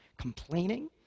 complaining